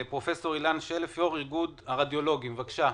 פרופ' אילן שלף, יו"ר איגוד הרדיולוגים בבקשה.